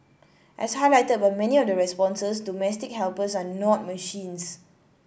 as highlighted by many of the responses domestic helpers are not machines